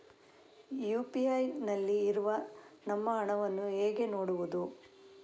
UPI ನಲ್ಲಿ ಇರುವ ನಮ್ಮ ಹಣವನ್ನು ಹೇಗೆ ನೋಡುವುದು?